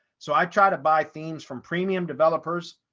so i try to buy themes from premium developers.